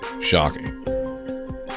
shocking